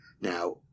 Now